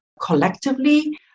collectively